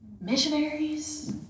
Missionaries